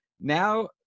Now